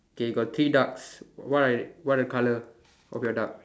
K got three ducks what are what are the colour of your duck